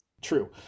True